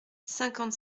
cinquante